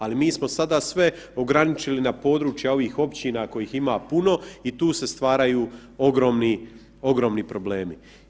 Ali smo sada sve ograničili na područja ovih općina kojih ima puno i tu se stvaraju ogromni problemi.